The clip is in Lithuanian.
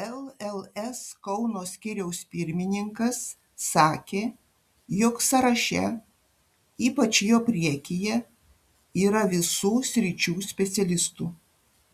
lls kauno skyriaus pirmininkas sakė jog sąraše ypač jo priekyje yra visų sričių specialistų